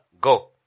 go